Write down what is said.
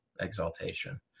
exaltation